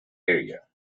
area